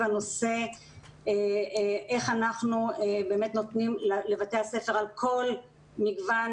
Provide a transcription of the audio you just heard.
הנושא איך אנחנו באמת נותנים לבתי הספר על כל מגוון